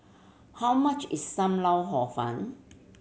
how much is Sam Lau Hor Fun